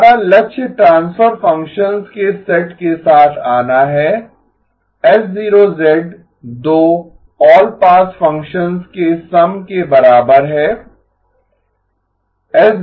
हमारा लक्ष्य transfer functions के सेट के साथ आना है H0 2 ऑल पास फ़ंक्शंस के सम के बराबर है